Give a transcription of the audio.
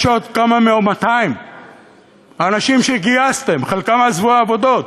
יש עוד 200 אנשים שגייסתם, חלקם עזבו עבודות,